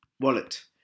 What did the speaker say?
wallet